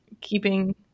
keeping